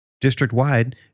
District-wide